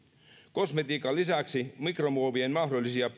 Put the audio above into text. kosmetiikan lisäksi mikromuovien mahdollisia